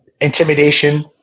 intimidation